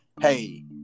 hey